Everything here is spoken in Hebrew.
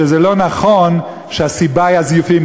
שזה לא נכון שהסיבה היא הזיופים,